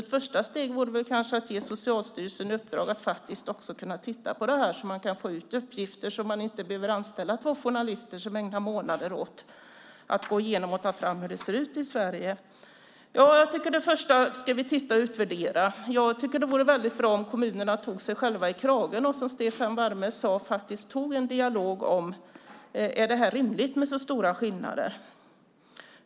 Ett första steg vore väl att ge Socialstyrelsen i uppdrag att titta på detta, så att man kan få ut uppgifter utan att behöva anställa två journalister som ägnar månader åt att gå igenom det och ta fram hur det ser ut i Sverige. För det första ska vi titta och utvärdera. Jag tycker att det vore väldigt bra om kommunerna tog sig själva i kragen och, som Staffan Werme sade, förde en dialog om huruvida det är rimligt med så här stora skillnader.